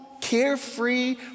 carefree